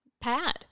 pad